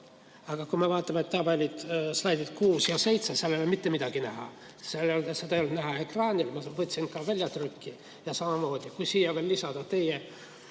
Aga kui me vaatame tabeleid slaididelt 6 ja 7, siis seal ei ole mitte midagi näha. Seda ei olnud näha ekraanil, ma tegin ka väljatrüki – ikka samamoodi. Kui siia veel lisada teie